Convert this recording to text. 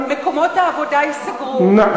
מקומות העבודה ייסגרו,